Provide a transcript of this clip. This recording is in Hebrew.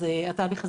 אז התהליך הזה,